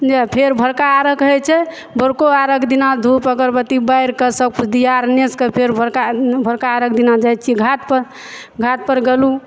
फेर भोरका अर्घ होइ छै भोरको अर्घ दिना धूप अगरबत्ती बारि के सब किछु दिया आर लेस के फेर भोरका अर्घ दिना जाइ छियै घाट पर घाट पर गेलहुॅं